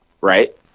right